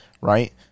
right